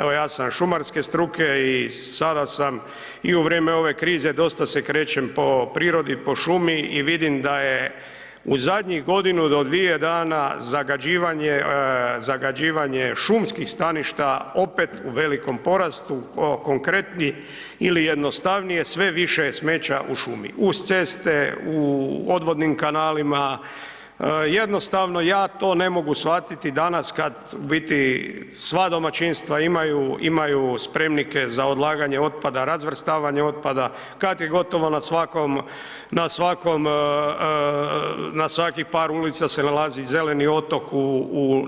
Evo, ja sam šumarske struke i sada sam i u vrijeme ove krize dosta se krećem po prirodi, po šumi i vidim da je u zadnjih godinu do dvije dana zagađivanje, zagađivanje šumskih staništa opet u velikom porastu, konkretni ili jednostavnije sve više je smeća u šumi, uz ceste, u odvodnim kanalima, jednostavno ja to ne mogu shvatiti danas kad u biti sva domaćinstva imaju spremnike za odlaganje otpada, razvrstavanje otpada, kad je gotovo na svakom, na svakom, na svaki par ulica se nalazi zeleni otok u